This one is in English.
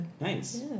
Nice